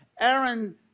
Aaron